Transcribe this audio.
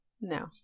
No